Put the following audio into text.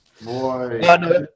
Boy